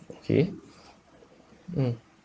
okay mm